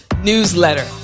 newsletter